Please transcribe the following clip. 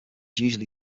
usually